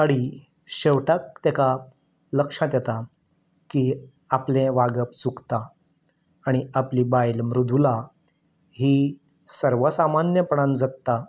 आनी शेवटाक तेका लक्षांत येता की आपलें वागप चुकता आणी आपली बायल मृदुला ही सर्वसामान्यपणान जगता